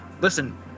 listen –